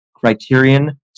Criterion